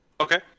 Okay